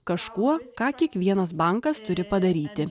kažkuo ką kiekvienas bankas turi padaryti